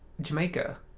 Jamaica